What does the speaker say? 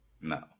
No